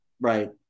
right